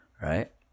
right